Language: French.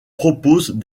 propose